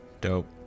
Dope